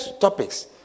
topics